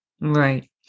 Right